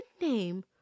name